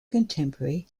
contemporary